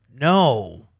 No